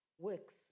works